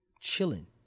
chilling